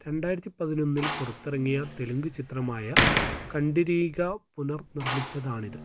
രണ്ടായിരത്തി പതിനൊന്നിൽ പുറത്തിറങ്ങിയ തെലുങ്ക് ചിത്രമായ കണ്ടിരീഗ പുനർനിർമിച്ചതാണിത്